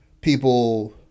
people